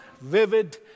vivid